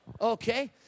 Okay